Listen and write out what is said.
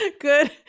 good